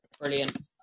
Brilliant